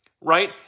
right